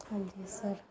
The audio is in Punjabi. ਹਾਂਜੀ ਸਰ